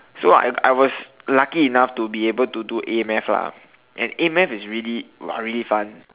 so I I was lucky enough to be able to do A-math lah and A-math is really !wah! really fun